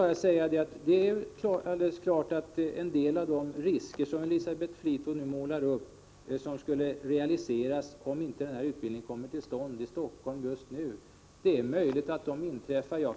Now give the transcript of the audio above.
Elisabeth Fleetwood målar upp följderna av om denna utbildning inte skulle komma till stånd i Stockholm just nu. Det är möjligt att de inträffar.